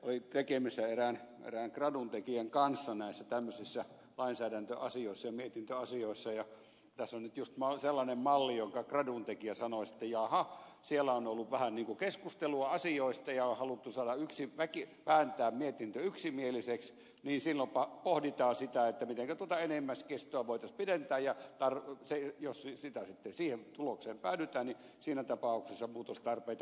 olin tekemisissä erään gradun tekijän kanssa näissä tämmöisissä lainsäädäntöasioissa ja mietintöasioissa ja tässä on nyt juuri sellainen malli josta gradun tekijä sanoisi että jaha siellä on ollut vähän niin kuin keskustelua asioista ja on haluttu vääntää mietintö yksimieliseksi ja silloin pohditaan sitä mitenkä tuota enimmäiskestoa voitaisiin pidentää ja jos siihen tulokseen sitten päädytään niin siinä tapauksessa muutostarpeita ilmenee